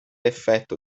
effetto